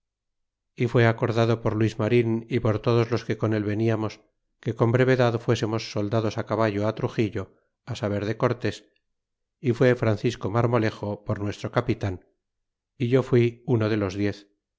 y fué acordado por luis marin y por todos los que con él veniamos que con brevedad fuésemos soldados caballo truxillo saber de cortés y fué francisco marmolejo por nuestro capital s yo fui uno de los diez